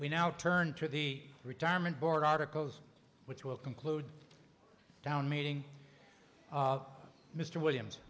now turn to the retirement board articles which will conclude down meeting mr williams